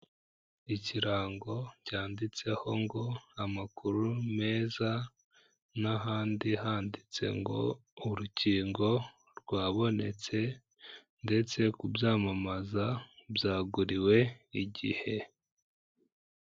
Ikirango cyanditseho ngo amakuru meza n'ahandi handitse ngo urukingo rwabonetse ndetse kubyamamaza byaguriwe igihe.